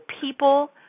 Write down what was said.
people